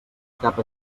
cap